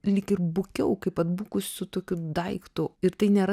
lyg ir bukiau kaip atbukusiu tokiu daiktu ir tai nėra